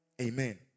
Amen